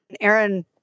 Aaron